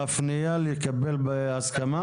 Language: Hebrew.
בפנייה לקבל הסכמה?